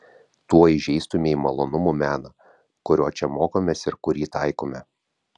tuo įžeistumei malonumų meną kurio čia mokomės ir kurį taikome